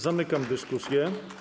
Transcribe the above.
Zamykam dyskusję.